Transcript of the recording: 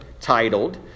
titled